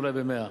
אולי ב-100.